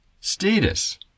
status